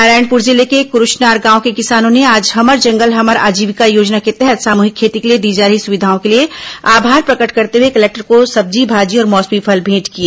नारायणपुर जिले के कुरूषनार गांव के किसानों ने आज हमर जंगल हमर आजीविका योजना के तहत सामूहिक खेती के लिए दी जा रही सुविधाओं के लिए आभार प्रकट करते हुए कलेक्टर को सब्जी भाजी और मौसमी फल भेंट किए